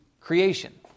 creation